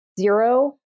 zero